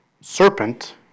serpent